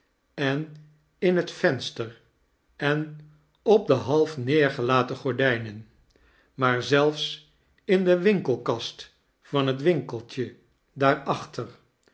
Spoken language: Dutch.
en in het venster en op de half neergelatem gordijnen maar zelfs in de wihkelkast van het winkeltje daarachter